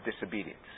disobedience